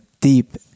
deep